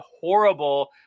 horrible